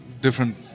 different